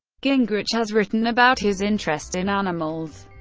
gingrich has written about his interest in animals.